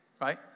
right